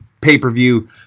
pay-per-view